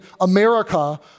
America